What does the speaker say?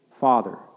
Father